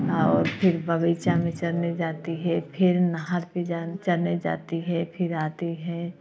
हाँ और फिर बगीचा में चरने जाती है फिर हर पे चरने जाने जाती है फिर आती है